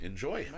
Enjoy